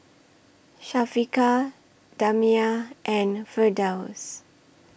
Syafiqah Damia and Firdaus